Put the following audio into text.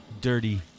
Dirty